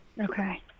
Okay